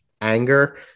anger